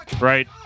right